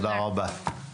תודה רבה.